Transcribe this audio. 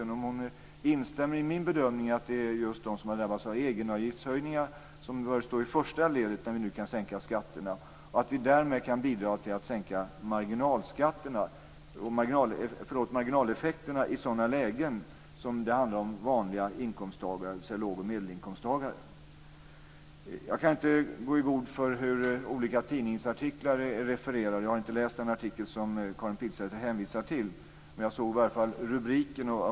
Instämmer Karin Pilsäter i min bedömning att det är just de som har drabbats av egenavgiftshöjningar som bör stå i första ledet när vi nu kan sänka skatterna, och att vi därmed kan bidra till att sänka marginaleffekterna i sådana lägen där det handlar om vanliga inkomsttagare, dvs. låg och medelinkomsttagare? Jag kan inte gå i god för hur olika tidningsartiklar är refererade. Jag har inte läst den artikel som Karin Pilsäter hänvisar till, men jag såg rubriken.